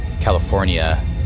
California